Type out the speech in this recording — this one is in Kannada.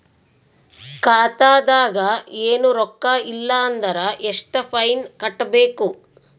ಖಾತಾದಾಗ ಏನು ರೊಕ್ಕ ಇಲ್ಲ ಅಂದರ ಎಷ್ಟ ಫೈನ್ ಕಟ್ಟಬೇಕು?